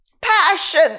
Passion